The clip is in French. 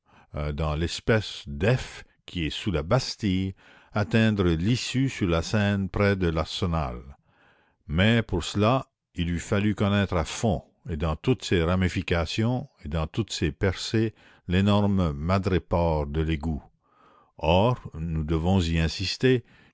dans l'espèce d'f qui est sous la bastille atteindre l'issue sur la seine près de l'arsenal mais pour cela il eût fallu connaître à fond et dans toutes ses ramifications et dans toutes ses percées l'énorme madrépore de l'égout or nous devons y insister